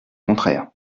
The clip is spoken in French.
contraire